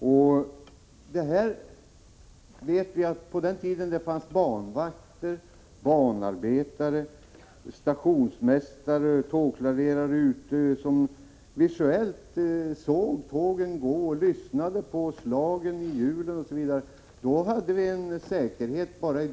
Vi vet att på den tid då det fanns banvakter, banarbetare, stationsmästare och tågklarerare ute som visuellt såg tågen gå och som lyssnade på slagen i hjulen osv. hade vi säkerhet.